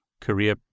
career